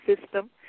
system